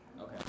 Okay